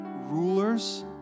rulers